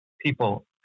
people